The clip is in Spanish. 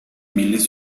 miles